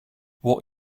what